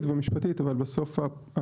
אנחנו תומכים מקצועית ומשפטית אבל בסוף הפעולה